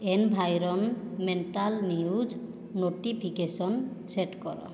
N ଭାଇରନ୍ mental news notification set କର